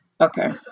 okay